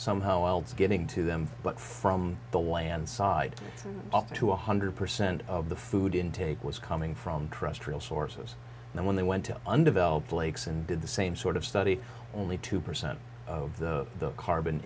somehow else getting to them but from the land side up to one hundred percent of the food intake was coming from trust real sources and when they went to undeveloped lakes and did the same sort of study only two percent of the carbon